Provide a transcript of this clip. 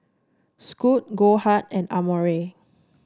Scoot Goldheart and Amore